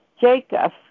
Jacob